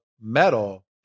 metal